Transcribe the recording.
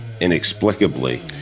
Inexplicably